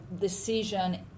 decision